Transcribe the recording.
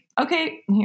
okay